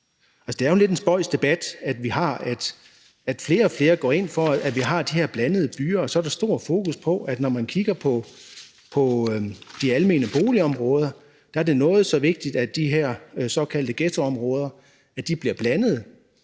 det er jo lidt en spøjs debat, vi har, hvor flere og flere går ind for, at vi har de her blandede byer, og så er der stor fokus på det, når man kigger på de almene boligområder, altså at det er noget så vigtigt, at de her såkaldte ghettoområder bliver blandede,